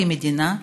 כמדינה,